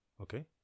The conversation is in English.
Okay